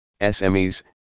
SMEs